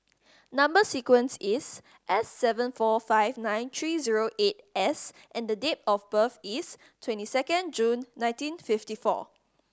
number sequence is S seven four five nine three zero eight S and the date of birth is twenty second June nineteen fifty four